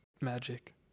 magic